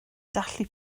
dathlu